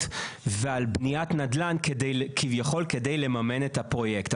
ועל בניית נדל"ן כדי כביכול כדי לממן את הפרויקט.